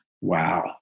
Wow